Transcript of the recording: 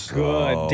good